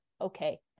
Okay